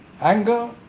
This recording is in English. anger